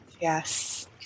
yes